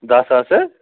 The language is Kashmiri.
دہ ساس حظ